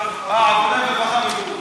עבודה, רווחה ובריאות.